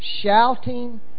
shouting